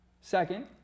Second